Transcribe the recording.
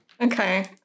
Okay